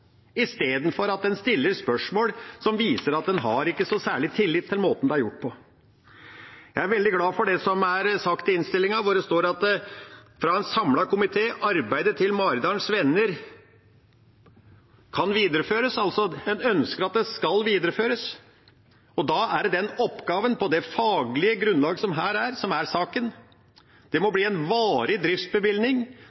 er gjort på. Jeg er veldig glad for det som er sagt av en samlet komité i innstillinga, at «arbeidet til Maridalens Venner kan videreføres». En ønsker altså at det skal videreføres, og da er det oppgaven på det faglige grunnlaget som er saken. Det må bli en varig driftsbevilgning. Det er statens ansvar, ikke Oslo kommunes ansvar. Og, som statsråden også var inne på, hvis en går inn på denne ordningen og det